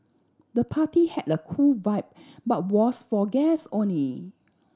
the party had a cool vibe but was for guests only